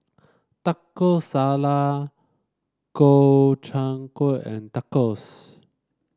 Taco Sala Gobchang Gui and Tacos